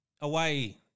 away